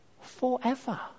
forever